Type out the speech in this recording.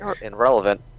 irrelevant